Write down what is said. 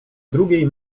drugiej